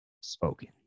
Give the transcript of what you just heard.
spoken